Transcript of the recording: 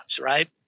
right